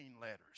letters